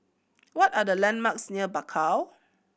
what are the landmarks near Bakau